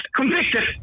convicted